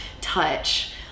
touch